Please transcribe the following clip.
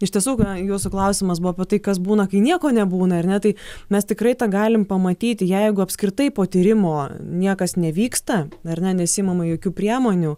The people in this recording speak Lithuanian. iš tiesų jūsų klausimas buvo apie tai kas būna kai nieko nebūna ar ne tai mes tikrai tą galim pamatyti jeigu apskritai po tyrimo niekas nevyksta ar ne nesiimama jokių priemonių